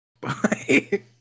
Bye